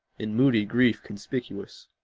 in moody grief conspicuous.